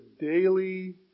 daily